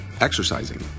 exercising